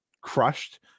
crushed